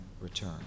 return